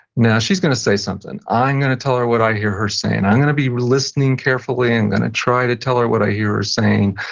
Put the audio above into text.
now she's going to say something, i'm going to tell her what i hear her saying. i'm going to be listening carefully, i'm and going to try to tell her what i hear her saying.